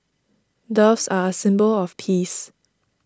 doves are a symbol of peace